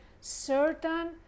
certain